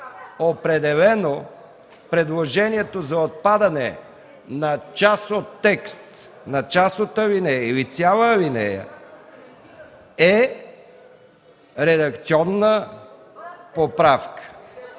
Определено – предложението за отпадане на част от текст, на част от алинея или цяла алинея е редакционна поправка.